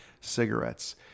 cigarettes